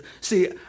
See